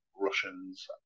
Russians